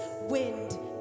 wind